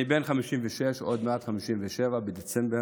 אני בן 56, עוד מעט 57, בדצמבר,